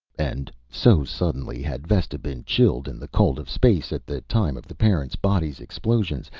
and so suddenly had vesta been chilled in the cold of space at the time of the parent body's explosion,